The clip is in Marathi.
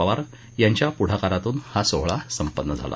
पवार यांच्या पुढाकारातून हा सोहळा संपन्न झाला